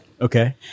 Okay